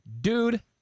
Dude